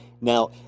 Now